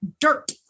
Dirt